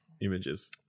images